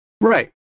right